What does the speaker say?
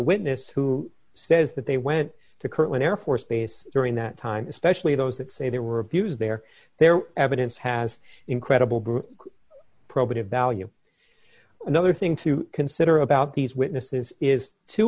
witness who says that they went to court on air force base during that time especially those that say there were abuses there their evidence has incredible brew probative value another thing to consider about these witnesses is two